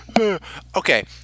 Okay